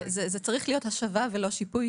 זה צריך להיות "השבה" ולא "שיפוי",